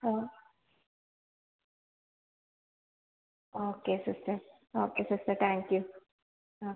ആ okay sister okay sister thank you ആ